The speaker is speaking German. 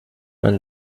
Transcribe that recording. man